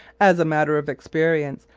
as a matter of experience,